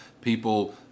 people